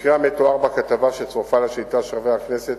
המקרה המתואר בכתבה שצורפה לשאילתא של חבר הכנסת